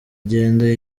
igenda